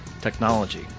technology